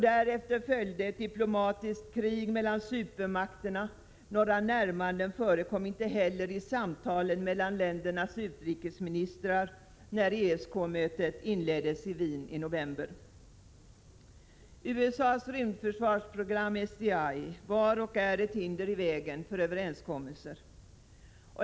Därefter följde ett diplomatiskt krig mellan supermakterna, och några närmanden förekom inte heller i samtalen mellan ländernas utrikesministrar när ESK-mötet inleddes i Wien i november. USA:s rymdförsvarsprogram SDI var och är ett hinder i vägen för överenskommelser.